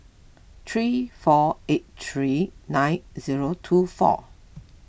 three four eight three nine zero two four